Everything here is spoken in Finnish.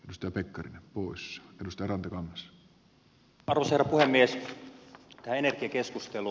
puutun tähän energiakeskusteluun